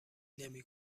نمی